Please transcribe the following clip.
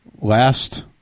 last